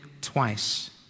twice